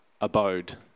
abode